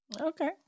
Okay